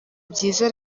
byiza